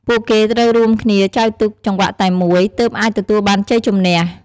ពួកគេត្រូវរួមគ្នាចែវក្នុងចង្វាក់តែមួយ ទើបអាចទទួលបានជ័យជំនះ។